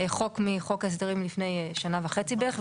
חוק מחוק ההסדרים לפני שנה וחצי בערך.